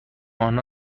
آنها